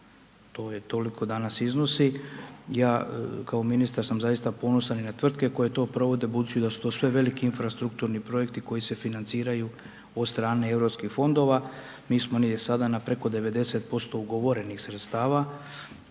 to je toliko danas iznosi, ja kao ministar sam zaista ponosan i na tvrtke koje to provode budući da su to sve velike infrastrukturni projekti koji se financiraju od strane europskih fondova, mi smo sada na preko 90% ugovorenih sredstava